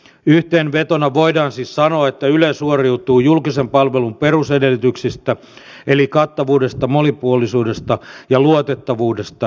yhteenvetona voidaan siis sanoa että yle suoriutui julkisen palvelun perusedellytyksistä eli kattavuudesta monipuolisuudesta ja luotettavuudesta hyvin